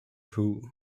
who